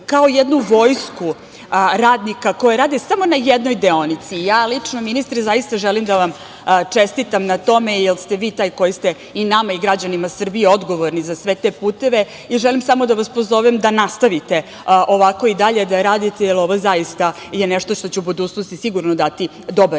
kao jednu vojsku radnika koji rade na samo jednoj deonici. Lično, ministre, zaista želim da vam čestitam na tome, jer ste vi taj koji ste nama i građanima Srbije odgovorni za sve te puteve i želim samo da vas pozovem da nastavite ovako i dalje da radite, jer ovo je zaista nešto što će u budućnosti dati dobar